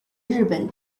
日本